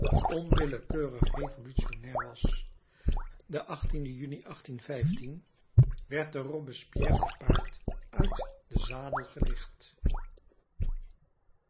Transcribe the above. onwillekeurig revolutionnair was den juni werd de robespierre te paard uit den zadel gelicht